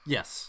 Yes